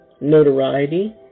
notoriety